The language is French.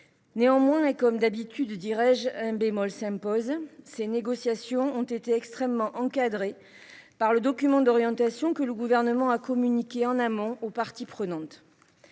Néanmoins, et comme d’habitude, un bémol s’impose : ces négociations ont été extrêmement encadrées par le document d’orientation que le Gouvernement a communiqué en amont aux parties prenantes.